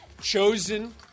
chosen